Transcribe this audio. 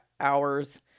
hours